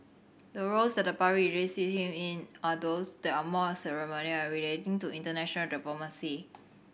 the roles that the public usually sees him in are those that are more ceremonial and relating to international diplomacy